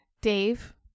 Dave